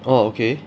orh okay